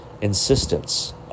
insistence